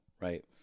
right